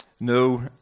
No